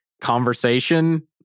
conversation